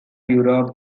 europe